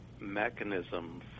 mechanism